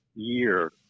year